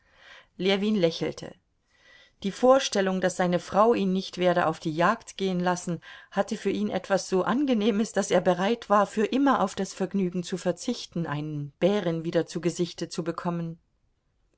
ljewin lächelte die vorstellung daß seine frau ihn nicht werde auf die jagd gehen lassen hatte für ihn etwas so angenehmes daß er bereit war für immer auf das vergnügen zu verzichten einen bären wieder zu gesichte zu bekommen